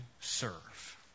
serve